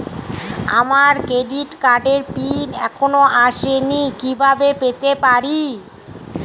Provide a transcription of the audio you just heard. আমার ক্রেডিট কার্ডের পিন এখনো আসেনি কিভাবে পেতে পারি?